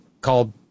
called